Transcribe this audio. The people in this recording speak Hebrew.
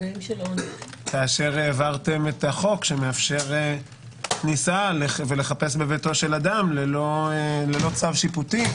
כאשר העברתן את החוק שמאפשר לחפש בביתו של אדם ללא צו שיפוטי.